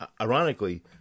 Ironically